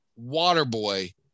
Waterboy